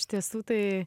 iš tiesų tai